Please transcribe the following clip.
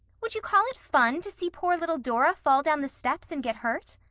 would you call it fun to see poor little dora fall down the steps and get hurt?